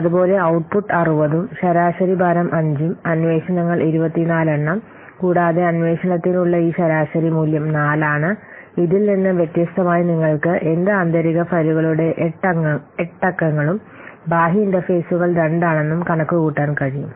അതുപോലെ ഔട്ട്പുട്ട് 60 ഉം ശരാശരി ഭാരം 5 ഉം അന്വേഷണങ്ങൾ 24 എണ്ണം കൂടാതെ അന്വേഷണത്തിനുള്ള ഈ ശരാശരി മൂല്യം 4 ആണ് ഇതിൽ നിന്ന് വ്യത്യസ്തമായി നിങ്ങൾക്ക് എന്ത് ആന്തരിക ഫയലുകളുടെ 8 അക്കങ്ങളും ബാഹ്യ ഇന്റർഫേസുകൾ 2 ആണെന്നും കണക്കുകൂട്ടാൻ കഴിയും